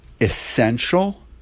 essential